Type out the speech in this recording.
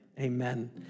amen